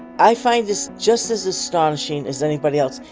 i find this just as astonishing as anybody else,